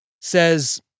says